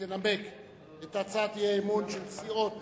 תנמק את הצעת האי-אמון של סיעות